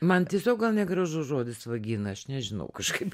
man tiesiog gal negražus žodis vagina aš nežinau kažkaip